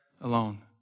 alone